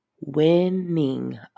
Winning